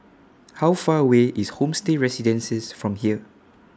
How Far away IS Homestay Residences from here